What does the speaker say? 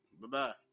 bye-bye